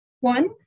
One